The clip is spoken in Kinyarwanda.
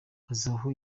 hazabaho